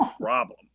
problem